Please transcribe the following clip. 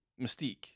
Mystique